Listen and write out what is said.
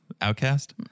Outcast